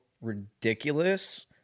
ridiculous